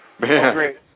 great